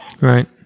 Right